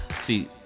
See